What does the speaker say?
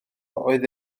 oedd